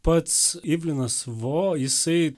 pats ivlinas vo jisai